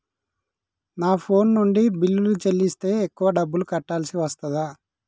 నా ఫోన్ నుండి బిల్లులు చెల్లిస్తే ఎక్కువ డబ్బులు కట్టాల్సి వస్తదా?